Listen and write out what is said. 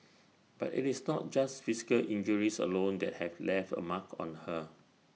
but IT is not just physical injuries alone that have left A mark on her